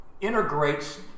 integrates